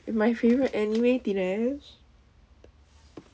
and my favourite anime dinesh